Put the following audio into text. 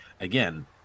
again